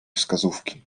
wskazówki